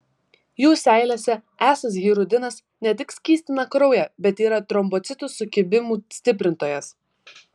jų seilėse esąs hirudinas ne tik skystina kraują bet yra trombocitų sukibimų stiprintojas